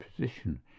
position